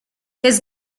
his